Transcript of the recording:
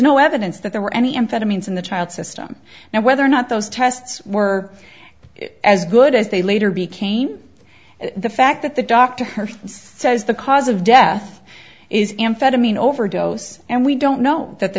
no evidence that there were any amphetamines in the child system and whether or not those tests were as good as they later became the fact that the doctor her says the cause of death is amphetamine overdose and we don't know that the